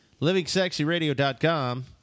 LivingSexyRadio.com